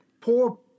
poor